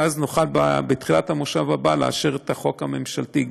ואז נוכל בתחילת המושב הבא לאשר את החוק הממשלתי,